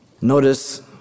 Notice